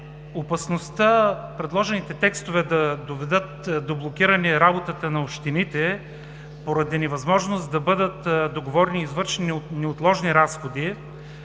Опасността предложените текстове да доведат до блокиране работата на общините поради невъзможност да бъдат договорени и извършени неотложни разходи